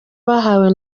bahawe